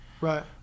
Right